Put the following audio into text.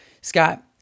Scott